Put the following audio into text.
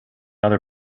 other